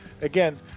again